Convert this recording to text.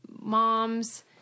moms